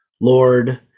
Lord